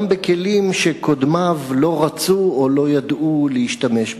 בכלים שקודמיו לא רצו או לא ידעו להשתמש בהם.